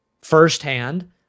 firsthand